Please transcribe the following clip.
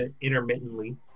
intermittently